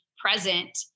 present